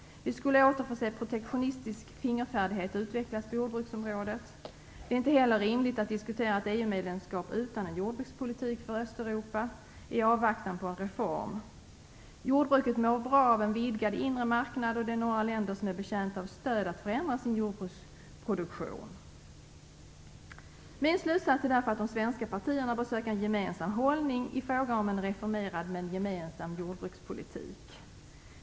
Vi skulle åter få se protektionistisk fingerfärdighet utvecklas på jordbruksområdet. Det är inte heller rimligt att diskutera ett EU-medlemskap utan en jordbrukspolitik för Östeuropa, i avvaktan på en reform. Jordbruket mår bra av en vidgad inre marknad, och det är några länder som är betjänta av stöd för att förändra sin jordbruksproduktion. Min slutsats är därför att de svenska partierna bör söka en gemensam hållning i fråga om en reformerad men gemensam jordbrukspolitik.